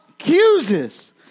accuses